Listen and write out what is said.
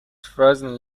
frozen